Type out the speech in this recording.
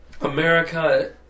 America